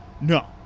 No